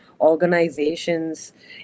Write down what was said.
organizations